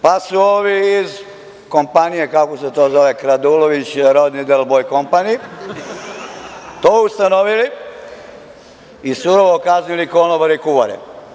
Pa, su ovi iz kompanije, kako se to zove „Kradulović Rodni i Delboj kompani“, to ustanovili i surovo kaznili konobare i kuvare.